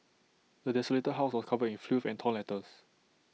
the desolated house was covered in filth and torn letters